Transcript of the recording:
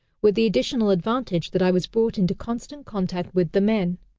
with the additional advantage that i was brought into constant contact with the men.